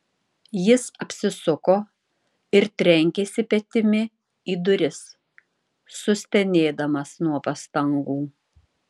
jis apsisuko ir trenkėsi petimi į duris sustenėdamas nuo pastangų